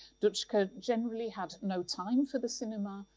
dutschke ah generally had no time for the cinema,